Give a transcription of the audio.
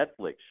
Netflix